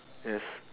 yes